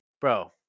Bro